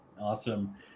Awesome